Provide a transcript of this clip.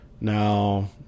Now